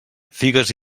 figues